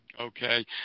okay